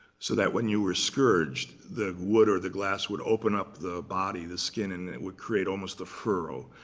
so that when you were scourged, the wood or the glass would open up the body, the skin, and it would create almost a furrow.